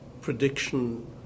prediction